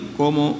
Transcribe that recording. como